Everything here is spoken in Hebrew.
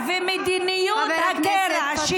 ומדיניות הקרע,